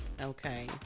okay